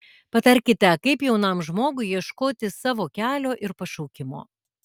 patarkite kaip jaunam žmogui ieškoti savo kelio ir pašaukimo